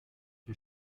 der